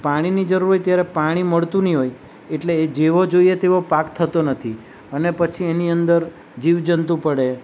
પાણીની જરૂર હોય ત્યારે પાણી મળતું નહીં હોય એટલે જેવો જોઈએ એવો પાક થતો નથી અને પછી એની અંદર જીવજંતુ પડે